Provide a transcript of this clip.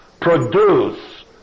produce